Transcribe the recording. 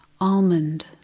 almond